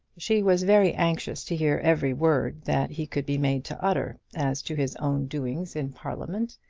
she was very anxious to hear every word that he could be made to utter as to his own doings in parliament,